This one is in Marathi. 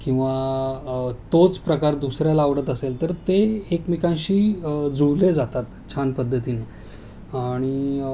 किंवा तोच प्रकार दुसऱ्याला आवडत असेल तर ते एकमेकांशी जुळले जातात छान पद्धतीने आणि